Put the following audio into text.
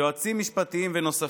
יועצים משפטיים ונוספים.